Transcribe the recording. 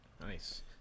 Nice